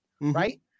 right